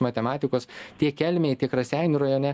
matematikos tiek kelmėj raseinių rajone